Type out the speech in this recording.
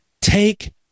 Take